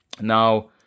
Now